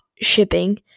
shipping